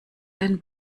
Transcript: den